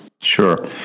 Sure